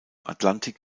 atlantik